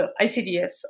ICDS